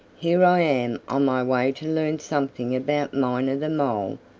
here i am on my way to learn something about miner the mole,